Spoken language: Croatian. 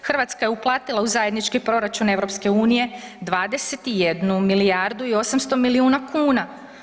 Hrvatska je uplatila u zajednički proračun EU 21 milijardu i 800 milijuna kuna.